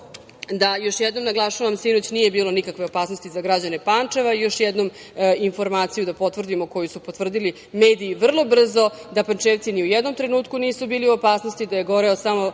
još jednom naglašavam, sinoć nije bilo nikakve opasnosti za građane Pančeva i još jednom informaciju da potvrdimo koju su potvrdili mediji, vrlo brzo da Pančevci ni u jednom trenutku nisu bili u opasnosti, da je goreo samo